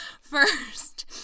first